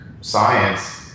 science